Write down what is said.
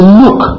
look